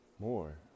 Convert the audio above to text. more